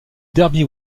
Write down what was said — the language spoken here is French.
derby